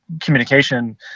communication